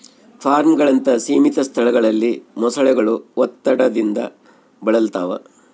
ಫಾರ್ಮ್ಗಳಂತಹ ಸೀಮಿತ ಸ್ಥಳಗಳಲ್ಲಿ ಮೊಸಳೆಗಳು ಒತ್ತಡದಿಂದ ಬಳಲ್ತವ